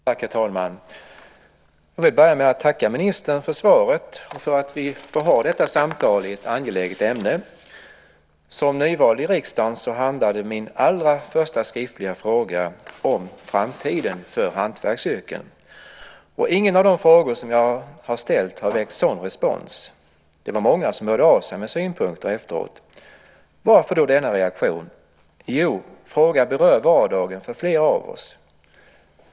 Herr talman! Jag vill börja med att tacka ministern för svaret och för att vi får ha detta samtal i ett angeläget ämne. Som nyvald i riksdagen handlade min allra första skriftliga fråga om framtiden för hantverksyrkena, och ingen annan av de frågor som jag ställt har väckt sådan respons. Det var många som efteråt hörde av sig med synpunkter. Varför då denna reaktion? Jo, för att frågan berör vardagen för flera av oss.